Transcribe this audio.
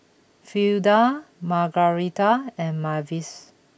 Fleda Margarita and Mavis